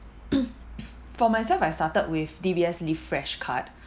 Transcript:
for myself I started with D_B_S live fresh card